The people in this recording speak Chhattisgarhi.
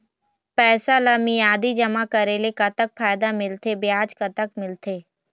पैसा ला मियादी जमा करेले, कतक फायदा मिलथे, ब्याज कतक मिलथे?